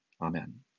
Amen